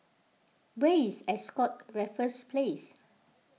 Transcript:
where is Ascott Raffles Place